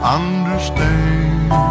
understand